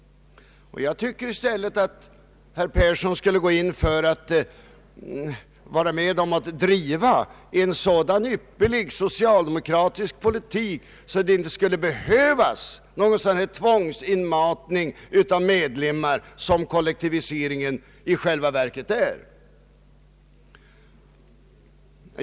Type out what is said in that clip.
Jag tycker att herr Persson i stället skulle gå in för att driva en så ypperlig socialdemokratisk politik att det inte skulle behövas någon tvångsinmatning av medlemmar som kollektiviseringen i själva verket är.